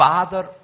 Father